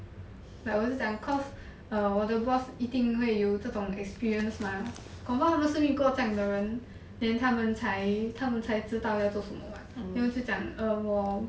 like 我是讲 cause err 我的 boss 一定会有这种 experience mah confirm 都是 meet 过这样的人 then 他们才他们才知道要做什么 mah then 我就讲 err 我